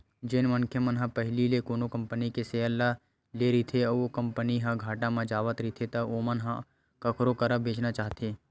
जेन मनखे मन ह पहिली ले कोनो कंपनी के सेयर ल लेए रहिथे अउ ओ कंपनी ह घाटा म जावत रहिथे त ओमन ह कखरो करा बेंचना चाहथे